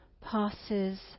passes